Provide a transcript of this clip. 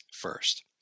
first